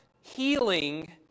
healing